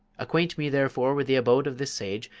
acquaint me therefore with the abode of this sage,